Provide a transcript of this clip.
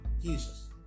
Jesus